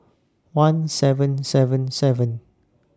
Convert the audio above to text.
one seven seven seven